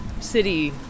city